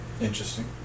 Interesting